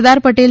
Sardar Patel